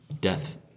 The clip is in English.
Death